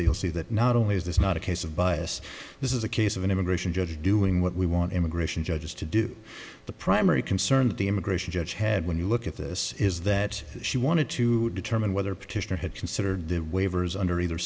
will see that not only is this not a case of bias this is a case of an immigration judge doing what we want immigration judges to do the primary concern that the immigration judge had when you look at this is that she wanted to determine whether petitioner had considered the waivers under either